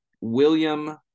William